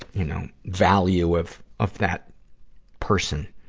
you know, value of, of that person.